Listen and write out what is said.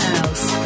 House